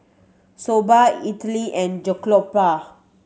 Soba Idili and Jokbal